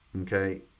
Okay